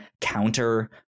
counter